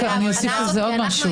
מרגישה שנדרש אצלנו דיון מקצועי.